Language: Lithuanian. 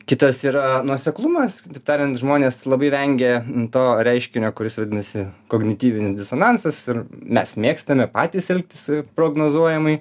kitas yra nuoseklumas kitaip tariant žmonės labai vengia to reiškinio kuris vadinasi kognityvinis disonansas ir mes mėgstame patys elgtis prognozuojamai